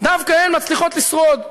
דווקא הן מצליחות לשרוד.